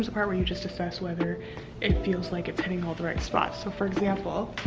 where where you just assess whether it feels like it's hitting all the right spots so for example